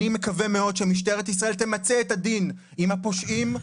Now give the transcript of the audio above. אני מקווה מאוד שמשטרת ישראל תמצה את הדין עם הפושעים.